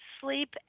sleep